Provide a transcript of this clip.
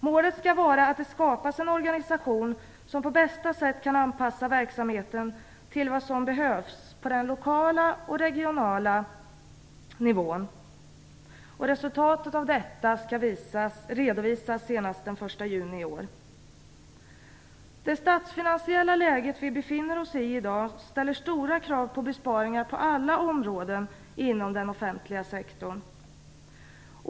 Målet skall vara att det skapas en organisation som på bästa sätt kan anpassa verksamheten till vad som behövs på den lokala och regionala nivån. Resultatet av detta skall redovisas senast den 1 Det statsfinansiella läge som vi befinner oss i idag ställer stora krav på besparingar på alla områden inom den offentliga sektorn.